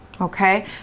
Okay